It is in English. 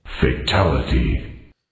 Fatality